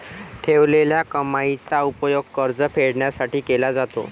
ठेवलेल्या कमाईचा उपयोग कर्ज फेडण्यासाठी केला जातो